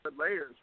layers